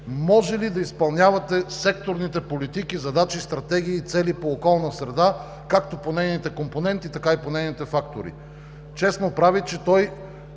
може ли да изпълнявате секторните политики, задачи, стратегии и цели по околна среда - както по нейните компоненти, така и по нейните фактори?“ Чест му прави, че той